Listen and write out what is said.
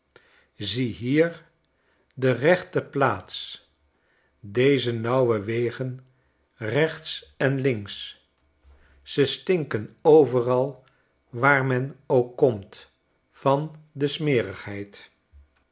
ziehier de rechte plaats deze nauwewegen rechts en links ze stinken overal waar men ook komt van de smerigheid